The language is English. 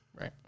Right